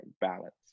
balance